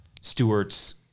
Stewart's